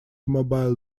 mobile